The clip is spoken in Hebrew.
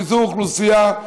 פיזור אוכלוסייה,